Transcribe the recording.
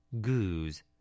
goose